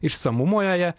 išsamumo joje